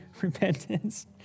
Repentance